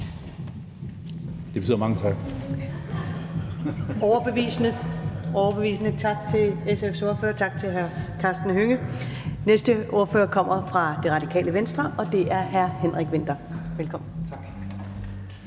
Det betyder mange tak.